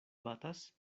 batas